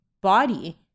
body